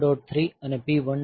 3 અને P1